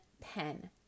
pen